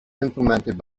implemented